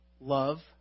love